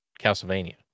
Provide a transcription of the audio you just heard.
Castlevania